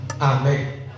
Amen